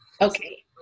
Okay